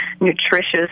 nutritious